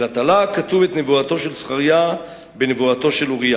אלא תלה הכתוב את נבואתו של זכריה בנבואתו של אוריה.